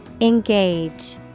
Engage